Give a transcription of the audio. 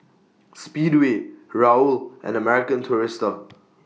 Speedway Raoul and American Tourister